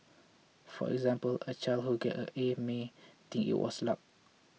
for example a child who gets an A may think it was luck